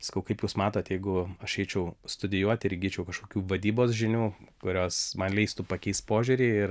sakau kaip jūs matot jeigu aš eičiau studijuot ir įgyčiau kažkokių vadybos žinių kurios man leistų pakeist požiūrį ir